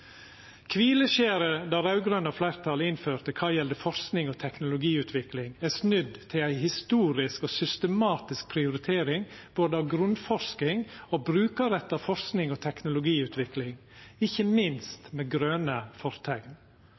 det raud-grøne fleirtalet innførte kva gjeld forsking og teknologiutvikling, er snudd til ei historisk og systematisk prioritering både av grunnforsking, brukarretta forsking og teknologiutvikling, ikkje minst med grøne forteikn.